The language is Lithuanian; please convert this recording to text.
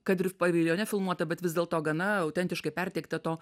kad ir paviljone filmuotą bet vis dėlto gana autentiškai perteiktą to